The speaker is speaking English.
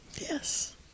Yes